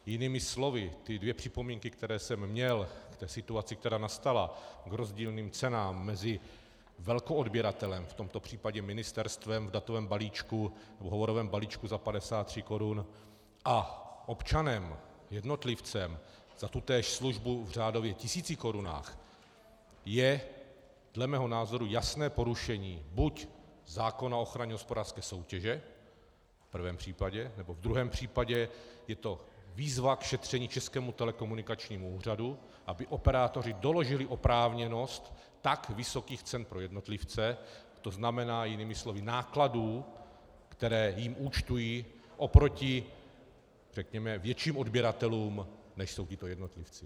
Jinými slovy, ty dvě připomínky, které jsem měl k té situaci, která nastala, k rozdílným cenám mezi velkoodběratelem, v tomto případě ministerstvem v datovém balíčku, v hovorovém balíčku za 53 korun, a občanem, jednotlivcem, za tutéž službu řádově v tisícikorunách, je dle mého názoru jasné porušení buď zákona o ochraně hospodářské soutěže v prvém případě, nebo v druhém případě je to výzva k šetření Českému telekomunikačnímu úřadu, aby operátoři doložili oprávněnost tak vysokých cen pro jednotlivce, to znamená jinými slovy nákladů, které jim účtují oproti řekněme větším odběratelům, než jsou tito jednotlivci.